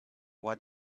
what